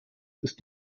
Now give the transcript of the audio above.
ist